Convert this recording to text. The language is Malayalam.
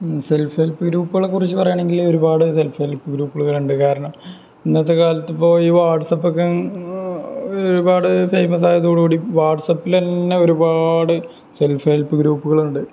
സെല്ഫ് ഹെല്പ് ഗ്രൂപ്പുകളെ കുറിച്ച് പറയുകയാണെങ്കില് ഒരുപാട് സെല്ഫ് ഹെല്പ് ഗ്രൂപ്പുകളുണ്ട് കാരണം ഇന്നത്തെ കാലത്തിപ്പോള് ഈ വാട്സപ്പൊക്കെ ഒരുപാട് ഫേമസ് ആയതോടു കൂടി വാട്സപ്പില് തന്നെ ഒരുപാട് സെല്ഫ് ഹെല്പ് ഗ്രൂപ്പുകളുണ്ട്